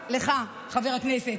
מציעה לך, חבר הכנסת,